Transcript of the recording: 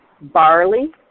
barley